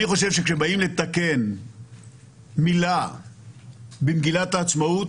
אני חושב שכשבאים לתקן מילה במגילת העצמאות